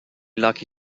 lucky